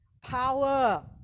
power